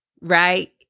Right